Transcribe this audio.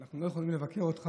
אנחנו לא יכולים לבקר אותך.